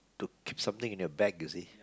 to keep something in your bag you see